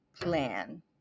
plan